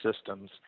systems